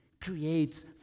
creates